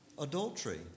adultery